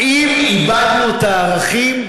האם איבדנו את הערכים?